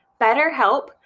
BetterHelp